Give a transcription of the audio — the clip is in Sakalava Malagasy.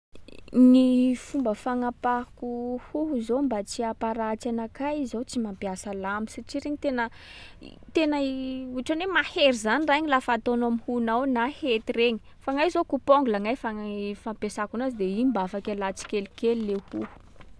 Gny fomba fagnapahako hoho zao mba tsy hamparatsy anakay, zaho tsy mampiasa lamy satria regny tena- tena ohatran’ny hoe mahery zany raha iny lafa ataonao amy hohonao na hety regny. Fa gnahy zao coupe ongles gnahy fa ny fampiasako anazy de iny mba afaky alà tsikelikely le hoho.